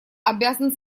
обязан